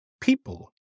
people